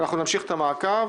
אנחנו נמשיך את המעקב